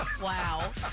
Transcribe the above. Wow